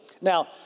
Now